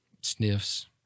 sniffs